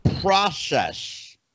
process